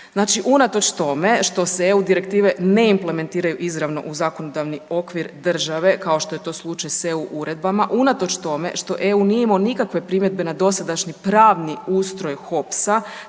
Znači, unatoč tome što se EU direktive ne implementiraju izravno u zakonodavni okvir države, kao što je to slučaj s EU uredbama, unatoč tome što EU nije imao nikakve primjedbe na dosadašnji pravni ustroj HOPS-a